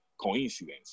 coincidence